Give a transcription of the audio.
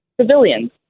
civilians